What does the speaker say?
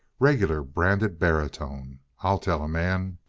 regular branded baritone, i'll tell a man.